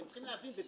אתם חייבים להבין.